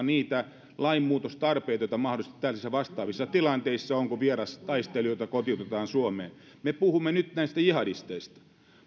niitä lainmuutostarpeita joita mahdollisesti tällaisissa vastaavissa tilanteissa on kun vierastaistelijoita kotiutetaan suomeen me puhumme nyt näistä jihadisteista